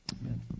Amen